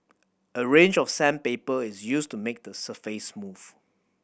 a range of sandpaper is used to make the surface smooth